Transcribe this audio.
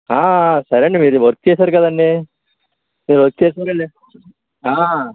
సరెండి మీరు వర్క్ చేశారు కదండీ మీరు వర్క్ చేశారు కదా